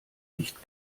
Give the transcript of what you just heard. nicht